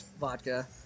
vodka